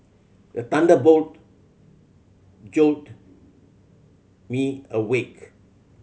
the thunder boat jolt me awake